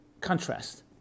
contrast